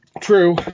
True